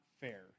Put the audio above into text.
fair